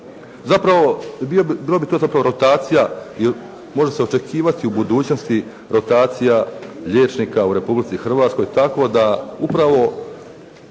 Zapravo bilo bi to zapravo rotacija i može se očekivati u budućnosti rotacija liječnika u Republici Hrvatskoj tako da upravo